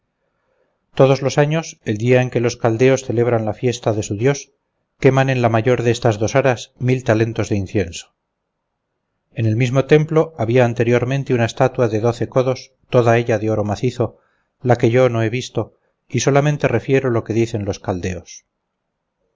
todos los años el día en que los caldeos celebran la fiesta de su dios queman en la mayor de estas dos aras mil talentos de incienso en el mismo templo había anteriormente una estatua de doce codos toda ella de oro macizo la que yo no he visto y solamente refiero lo que dicen los caldeos